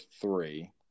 three